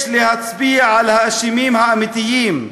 יש להצביע על האשמים האמיתיים,